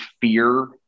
fear